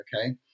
okay